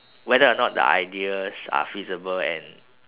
whether or not the ideas are feasible and